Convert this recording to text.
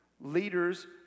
Leaders